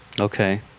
Okay